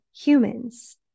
humans